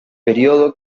período